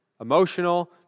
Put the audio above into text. Emotional